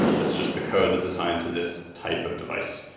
it's just the code that's assigned to this type of device.